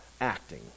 acting